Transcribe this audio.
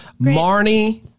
Marnie